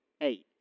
eight